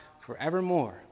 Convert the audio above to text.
forevermore